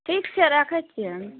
ठीक छै रखय छियनि